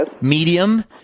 medium